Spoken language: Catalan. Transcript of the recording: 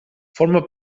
forma